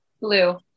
blue